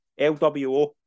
LWO